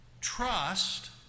Trust